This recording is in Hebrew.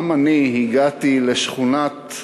גם אני הגעתי לשכונת,